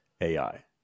AI